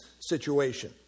situation